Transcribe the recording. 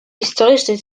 історичний